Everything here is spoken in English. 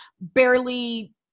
barely –